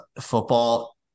football